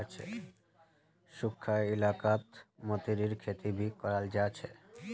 सुखखा इलाकात मतीरीर खेती भी कराल जा छे